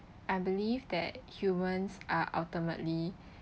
I believe that humans are ultimately